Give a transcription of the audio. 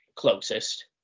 Closest